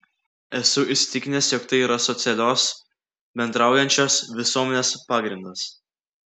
esu įsitikinęs jog tai yra socialios bendraujančios visuomenės pagrindas